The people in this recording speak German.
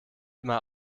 immer